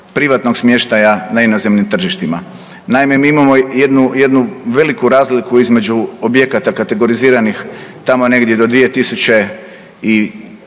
privatnog smještaja na inozemnim tržištima. Naime, mi imamo jednu, jednu veliku razliku između objekata kategoriziranih tamo negdje do